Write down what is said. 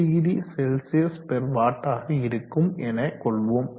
50CW ஆக இருக்கும் எனக்கொள்வோம்